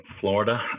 Florida